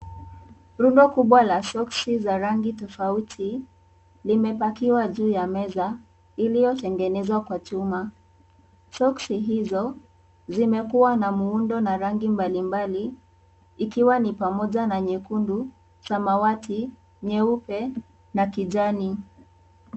Rundo kubwa la soksi za rangi tofauti limepakiwa juu ya meza iliyotengenezwa kwa chuma. Soksi hizo zimekuwa na muundo na rangi mbalimbali ikiwa ni pamoja na nyekundu, samawati, nyeupe na kijani.